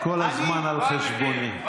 כל הזמן על חשבוני.